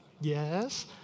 yes